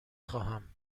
خواهم